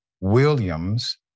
Williams